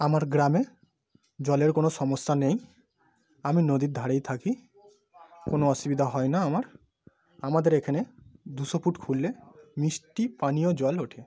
আমার গ্রামে জলের কোনও সমস্যা নেই আমি নদীর ধারেই থাকি কোনও অসুবিধা হয় না আমার আমাদের এখানে দুশো ফুট খুঁড়লে মিষ্টি পানীয় জল ওঠে